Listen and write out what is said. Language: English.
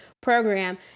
program